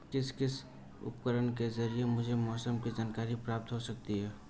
किस किस उपकरण के ज़रिए मुझे मौसम की जानकारी प्राप्त हो सकती है?